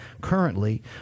currently